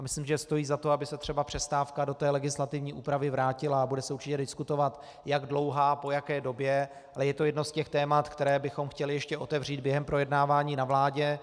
Myslím, že stojí za to, aby se třeba přestávka do té legislativní úpravy vrátila, a bude se určitě diskutovat, jak dlouhá, po jaké době, ale je to jedno z těch témat, která bychom chtěli ještě otevřít během projednávání ve vládě.